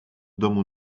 domu